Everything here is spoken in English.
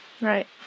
Right